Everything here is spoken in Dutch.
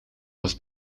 was